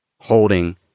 holding